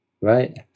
Right